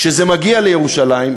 כשזה מגיע לירושלים,